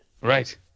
Right